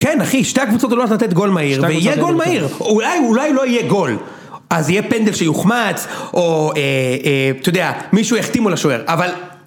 כן אחי, שתי קבוצות הולכות לתת גול מהיר, ויהיה גול מהיר, אולי, אולי לא יהיה גול אז יהיה פנדל שיוחמץ, או אה, אה, אתה יודע, מישהו יחטיא מול השוער, אבל